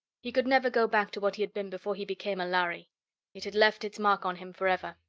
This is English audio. he could never go back to what he had been before he became a lhari it had left its mark on him forever.